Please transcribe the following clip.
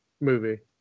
movie